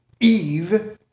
Eve